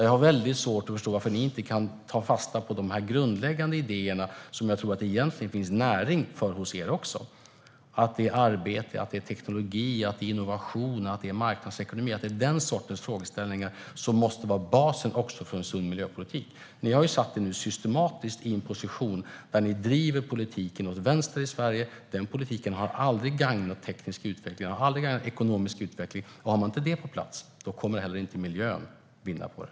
Jag har väldigt svårt att förstå varför ni inte kan ta fasta på de här grundläggande idéerna, som jag tror att det egentligen finns näring för hos er också. Det handlar om att det är arbete, teknologi, innovation och marknadsekonomi, den sortens frågeställningar, som måste vara basen också för en sund miljöpolitik. Ni har systematiskt satt er i en position där ni driver politiken åt vänster i Sverige. Den politiken har aldrig gagnat teknisk utveckling. Den har aldrig gagnat ekonomisk utveckling. Har man inte detta på plats kommer heller inte miljön att vinna på det.